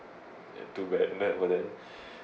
and too bad and that for then